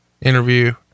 interview